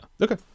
Okay